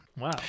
Wow